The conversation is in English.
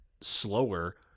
slower